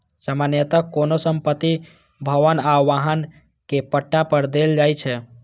सामान्यतः कोनो संपत्ति, भवन आ वाहन कें पट्टा पर देल जाइ छै